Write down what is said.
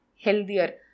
healthier